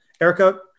Erica